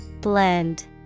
Blend